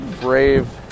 brave